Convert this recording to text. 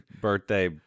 birthday